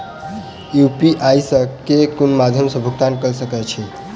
UPI सऽ केँ कुन मध्यमे मे भुगतान कऽ सकय छी?